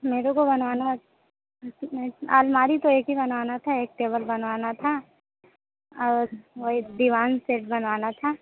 मेरे को बनवाना आलमारी तो एक ही बनाना था एक टेबल बनवाना था और वो एक दीवान सेट बनवाना था